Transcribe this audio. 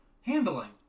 handling